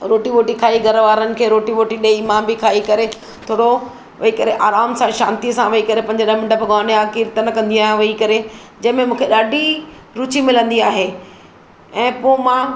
रोटी वोटी खाई घर वारनि खे रोटी वोटी ॾेई मां बि खाई करे थोरो वेई करे आरामु सां शांतीअ सां वेई करे पंज ॾह मिन्ट भॻवान या किर्तन कंदी आहियां वेई करे जंहिं में मूंखे ॾाढी रूची मिलंदी आहे ऐं पोइ मां